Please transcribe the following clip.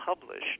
published